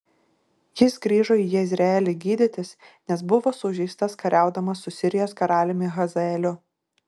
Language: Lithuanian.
jis grįžo į jezreelį gydytis nes buvo sužeistas kariaudamas su sirijos karaliumi hazaeliu